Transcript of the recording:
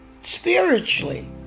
Spiritually